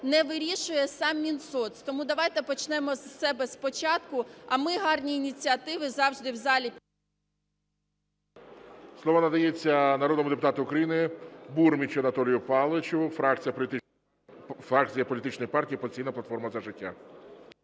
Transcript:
не вирішує сам Мінсоц. Тому давайте почнемо з себе спочатку, а ми гарні ініціативи завжди в залі… ГОЛОВУЮЧИЙ. Слово надається народному депутату України Бурмічу Анатолію Павловичу, фракція політичної партії "Опозиційна платформа – За життя".